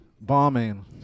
Bombing